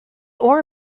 ore